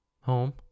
home